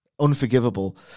Unforgivable